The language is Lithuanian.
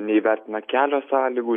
neįvertina kelio sąlygų